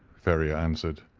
ferrier answered.